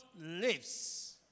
lives